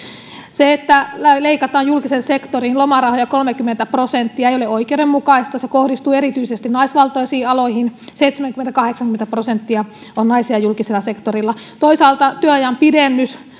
se että leikataan julkisen sektorin lomarahoja kolmekymmentä prosenttia ei ole oikeudenmukaista se kohdistuu erityisesti naisvaltaisiin aloihin seitsemänkymmentä viiva kahdeksankymmentä prosenttia on naisia julkisella sektorilla toisaalta työajan pidennys